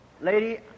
Lady